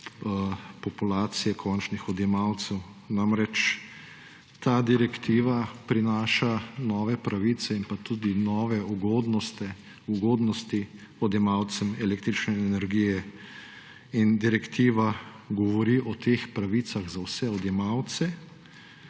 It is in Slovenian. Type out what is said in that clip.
populacije končnih odjemalcev. Namreč ta direktiva prinaša nove pravice in tudi nove ugodnosti odjemalcem električne energije in direktiva govori o teh pravicah za vse odjemalce.